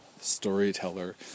storyteller